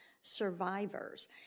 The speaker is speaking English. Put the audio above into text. survivors